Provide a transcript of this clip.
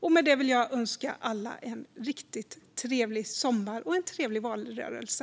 Med detta vill jag önska alla en riktigt trevlig sommar och en trevlig valrörelse.